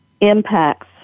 impacts